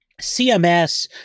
CMS